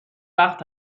وقت